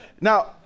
Now